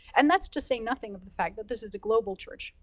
and that's to say nothing of the fact that this is a global church.